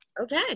Okay